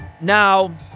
Now